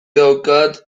daukat